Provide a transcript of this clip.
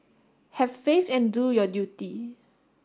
have faith and do your duty